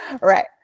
right